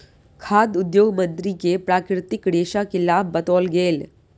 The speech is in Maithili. खाद्य उद्योग मंत्री के प्राकृतिक रेशा के लाभ बतौल गेल